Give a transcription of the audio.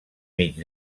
mig